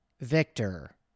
Victor